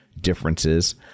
differences